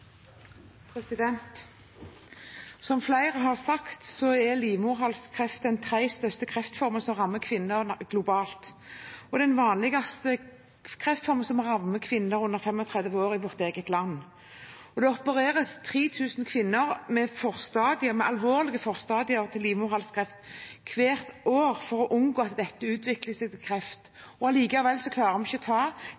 den tredje største kreftformen som rammer kvinner globalt, og den vanligste kreftformen som rammer kvinner under 35 år i vårt eget land. Det opereres 3 000 kvinner med alvorlige forstadier til livmorhalskreft hvert år for å unngå at det utvikler seg til kreft. Likevel klarer vi ikke å ta